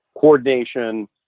coordination